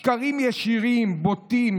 שקרים ישירים, בוטים.